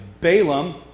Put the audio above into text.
Balaam